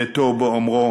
מכהונתו לביתו באומרו: